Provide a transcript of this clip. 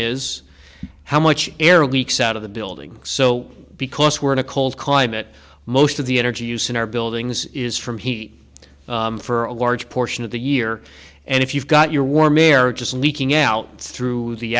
is how much air leaks out of the building so because we're a cold climate most of the energy use in our buildings is from he for a large portion of the year and if you've got your warm air just leaking out through the